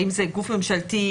האם זה גוף ממשלתי,